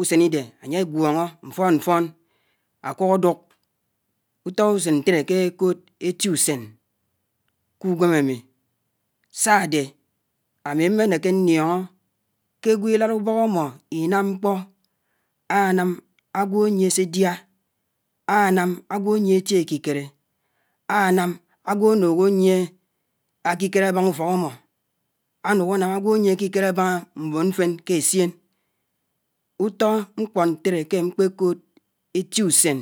ùsénídé ányé gwónó mfóón mfóón ákùk ádùk, ùtó ùsén ñtéré ké ékòd étiùsén kùwém ámì sádé ámì mménéké ñníóñó kégwò ílád ùbók ámmó ínám mkpó ánám ágwò ánùhó ányié ákíkéré ábáñá ùfók ámmó ánùñ, ánám ágwò ányié ékíkěré ábáñá mbèn mfén k’éssién, ùtó mkpó ñtéré kémkpé kòòd étíùsén.